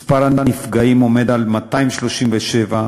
מספר הנפגעים הוא 237,